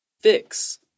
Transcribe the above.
fix